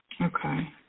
Okay